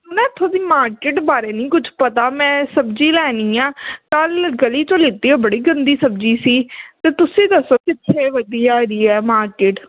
ਮੈ ਇੱਥੋਂ ਦੀ ਮਾਰਕੀਟ ਬਾਰੇ ਨਹੀਂ ਕੁਛ ਪਤਾ ਮੈਂ ਸਬਜ਼ੀ ਲੈਣੀ ਆ ਕੱਲ੍ਹ ਗਲੀ 'ਚੋਂ ਲਿਤੀ ਉਹ ਬੜੀ ਗੰਦੀ ਸਬਜ਼ੀ ਸੀ ਤਾਂ ਤੁਸੀਂ ਦੱਸੋ ਕਿੱਥੇ ਵਧੀਆ ਇਹਦੀ ਹੈ ਮਾਰਕੀਟ